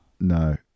No